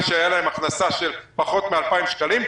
שהייתה להם הכנסה של פחות מ-2,000 שקלים,